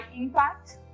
impact